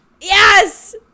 Yes